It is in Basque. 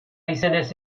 izenez